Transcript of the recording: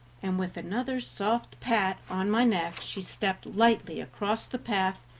and with another soft pat on my neck she stepped lightly across the path,